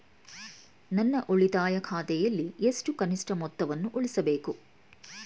ನನ್ನ ಉಳಿತಾಯ ಖಾತೆಯಲ್ಲಿ ಎಷ್ಟು ಕನಿಷ್ಠ ಮೊತ್ತವನ್ನು ಉಳಿಸಬೇಕು?